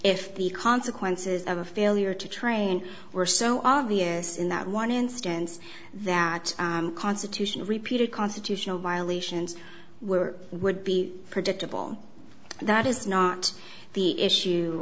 if the consequences of a failure to train were so obvious in that one instance that constitution repeated constitutional violations were would be predictable that is not the